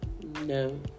No